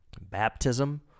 baptism